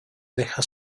deja